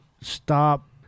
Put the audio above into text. Stop